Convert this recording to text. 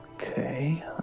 Okay